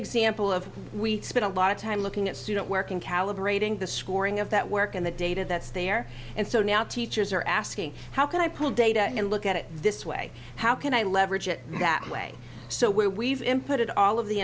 example of we spent a lot of time looking at student work in calibrating the scoring of that work and the data that's there and so now teachers are asking how can i pull data and look at it this way how can i leverage it that way so we've him put it all of the